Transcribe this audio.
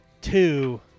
two